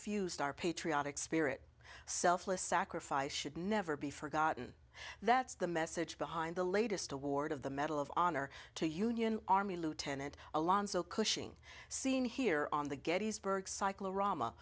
infused our patriotic spirit selfless sacrifice should never be forgotten that's the message behind the latest award of the medal of honor to union army lieutenant alonzo cushing seen here on the gettysburg cyclorama